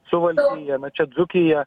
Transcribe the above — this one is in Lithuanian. suvalkija na čia dzūkija